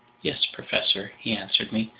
yes, professor, he answered me.